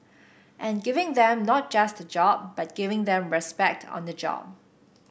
and giving them not just a job but giving them respect on the job